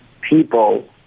people